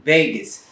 Vegas